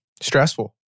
Stressful